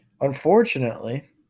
Unfortunately